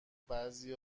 بعضی